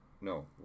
No